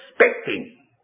expecting